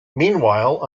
meanwhile